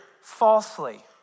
falsely